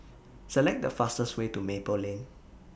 Select The fastest Way to Maple Lane